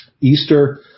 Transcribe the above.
Easter